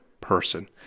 person